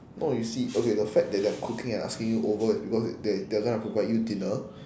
no you see okay the fact that they are cooking and asking you over is because they they are gonna provide you dinner